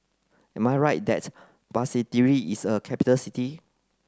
am I right that Basseterre is a capital city